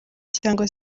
cyangwa